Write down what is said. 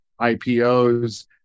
IPOs